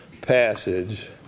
passage